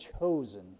chosen